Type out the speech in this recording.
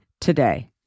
today